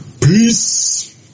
Peace